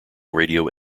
radio